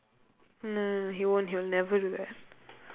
no no no he won't he will never do that